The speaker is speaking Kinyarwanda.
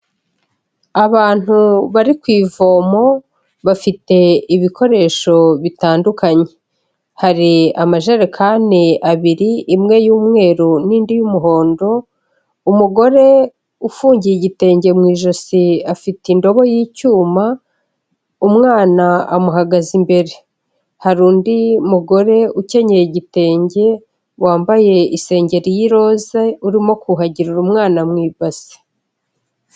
Abantu bari ku ivomo, bafite ibikoresho bitandukanye hari amajerekani abiri imwe y'umweru n'indi y'umuhondo, umugore ufungiye igitenge mu ijosi afite indobo y'icyuma, umwana amuhagaze imbere, hari undi mugore ukenyera igitenge wambaye isengeri y'iroza urimo kuhagirira umwana mu ibasi.